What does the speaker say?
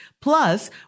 plus